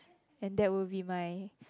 and that will be my